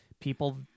people